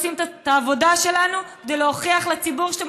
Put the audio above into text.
עושים את העבודה שלנו כדי להוכיח לציבור שאתם